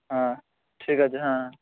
হ্যাঁ ঠিক আছে হ্যাঁ